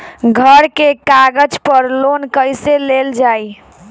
घर के कागज पर लोन कईसे लेल जाई?